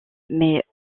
mais